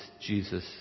Jesus